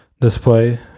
display